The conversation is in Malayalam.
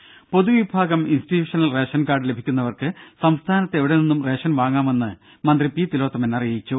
രംഭ പൊതു വിഭാഗം ഇൻസ്റ്റിറ്റ്യൂഷണൽ റേഷൻ കാർഡ് ലഭിക്കുന്നവർക്ക് സംസ്ഥാനത്ത് എവിടെ നിന്നും റേഷൻ വാങ്ങാമെന്ന് മന്ത്രി പി തിലോത്തമൻ അറിയിച്ചു